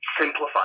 simplify